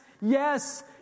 yes